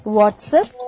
WhatsApp